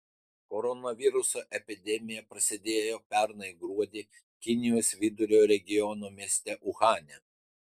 koronaviruso epidemija prasidėjo pernai gruodį kinijos vidurio regiono mieste uhane